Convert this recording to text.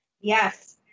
yes